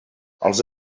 els